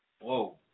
whoa